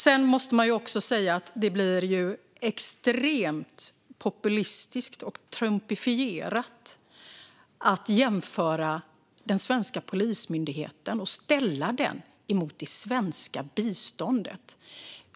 Sedan måste man också säga att det blir extremt populistiskt och trumpifierat att ställa den svenska Polismyndigheten mot det svenska biståndet.